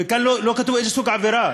וכאן לא כתוב איזה סוג עבירה.